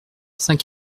saint